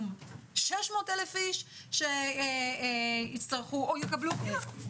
יהיו 600 אלף איש שהצטרכו או יקבלו קנס.